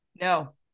No